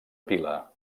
pila